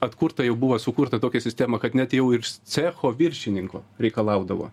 atkurta jau buvo sukurta tokia sistema kad net jau ir iš cecho viršininko reikalaudavo